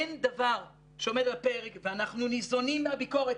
אנחנו ניזונים מהביקורת.